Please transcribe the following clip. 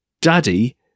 Daddy